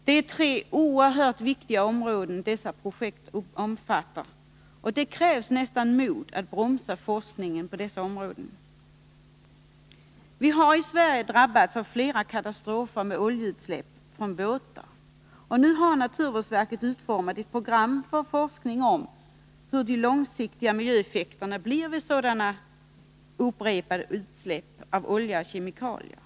Det är tre oerhört viktiga områden som dessa projekt omfattar, och det krävs mod för att bromsa forskningen på dessa områden. Vi har i Sverige drabbats av flera katastrofer som följd av oljeutsläpp från båtar. Nu har naturvårdsverket utformat ett program för forskning om de långsiktiga miljöeffekterna av upprepade utsläpp av olja och olika kemikalier.